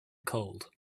cold